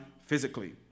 physically